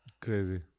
Crazy